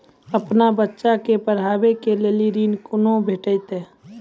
अपन बच्चा के पढाबै के लेल ऋण कुना भेंटते?